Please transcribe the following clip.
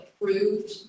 approved